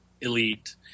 elite